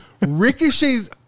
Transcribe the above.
ricochets